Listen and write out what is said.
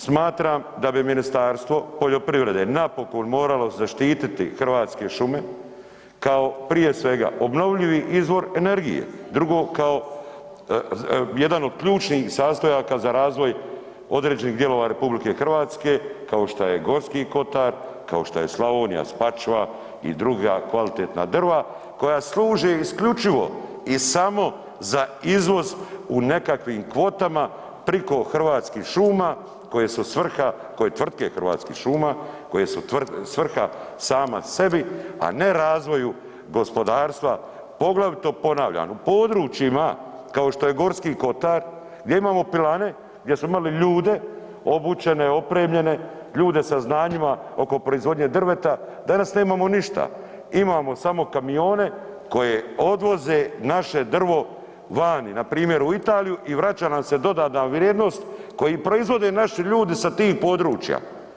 Smatram da bi Ministarstvo poljoprivrede napokon moralo zaštititi hrvatske šume kao prije svega obnovljivi izvor energije, drugo kao jedan od ključnih sastojaka za razvoj određenih dijelova RH kao što je G. kotar, kao što je Slavonija, Spačva i dr. kvalitetna drva koja služe isključivo i samo za izvoz u nekakvim kvotama preko Hrvatskih šuma koje su svrha, koje tvrtke Hrvatskih šuma, koje su svrha sama sebi a ne razvoju gospodarstvu poglavito ponavljam, u područjima kao što je G. kotar gdje imamo pilane, gdje smo imali ljude, obučene, opremljene, ljude sa znanjima oko proizvodnje drveta, danas nemamo ništa, imamo samo kamione koje odvoze naše drvo vani, npr. Italiju i vraća nam se dodana vrijednost koji proizvode naši ljudi sa tih područja.